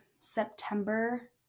September